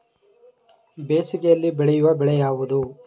ಬೇಸಿಗೆಯಲ್ಲಿ ಬೆಳೆಯುವ ಬೆಳೆ ಯಾವುದು?